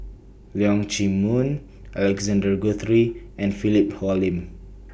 Leong Chee Mun Alexander Guthrie and Philip Hoalim